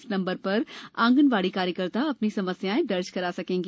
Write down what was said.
इस नम्बर प्र आंगनवाड़ी कार्यकर्ता अ नी समस्याएँ दर्ज करा सकेंगी